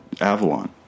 Avalon